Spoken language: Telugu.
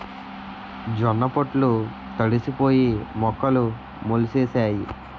జొన్న పొట్లు తడిసిపోయి మొక్కలు మొలిసేసాయి